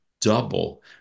double